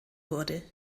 wurde